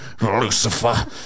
Lucifer